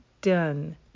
done